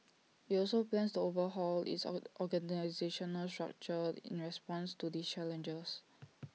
IT also plans to overhaul its or organisational structure in response to these challenges